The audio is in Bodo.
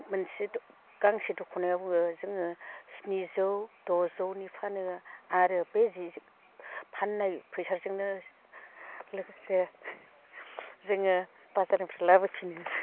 गांसे दखनायाव जोङो स्निजौ दजौनि फानो आरो बे फाननाय फैसाजोंनो लोगोसे जोङो बाजारनिफ्राय लाबोफिनो